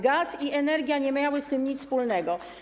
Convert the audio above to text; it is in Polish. Gaz i energia nie miały z tym nic wspólnego.